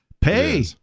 Pay